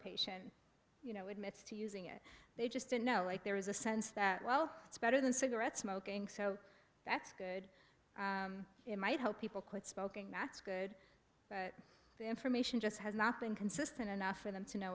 patient you know admits to using it they just don't know like there is a sense that well it's better than cigarette smoking so that's good it might help people quit smoking that's good information just has not been consistent enough for them to know